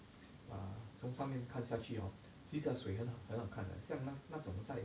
!wah! 从上面看下去 hor 就像水很很好看的像那种在